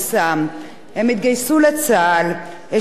השלימו שירות צבאי מלא כלוחמים,